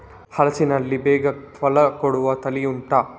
ಹಲಸಿನಲ್ಲಿ ಬೇಗ ಫಲ ಕೊಡುವ ತಳಿ ಉಂಟಾ